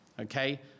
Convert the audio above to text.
okay